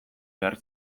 behar